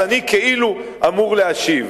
אז אני כאילו אמור להשיב.